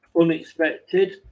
unexpected